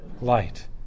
light